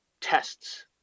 tests